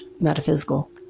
metaphysical